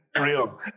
real